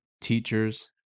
teachers